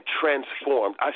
transformed